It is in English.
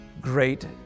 great